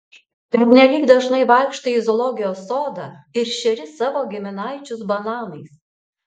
pernelyg dažnai vaikštai į zoologijos sodą ir šeri savo giminaičius bananais